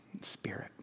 Spirit